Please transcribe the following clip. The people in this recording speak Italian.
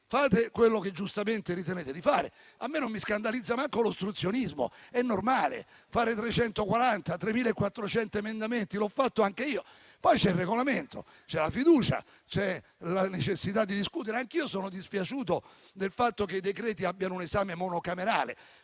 quello che giustamente ritenete di fare. A me non scandalizza nemmeno l'ostruzionismo, è normale fare 340 o 3.400 emendamenti, l'ho fatto anche io. C'è poi il Regolamento, con la fiducia e la necessità di discutere. Anche io sono dispiaciuto del fatto che i decreti-legge abbiano un esame monocamerale.